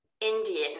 Indian